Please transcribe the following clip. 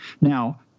Now